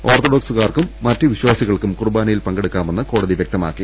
ഓർത്തഡോക്സുകാർക്കും മറ്റു വിശ്വാസി കൾക്കും കുർബാനയിൽ പങ്കെടുക്കാമെന്ന് കോടതി വൃക്തമാക്കി